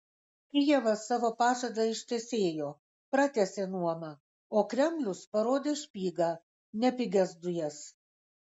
kijevas savo pažadą ištesėjo pratęsė nuomą o kremlius parodė špygą ne pigias dujas